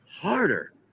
harder